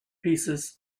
pieces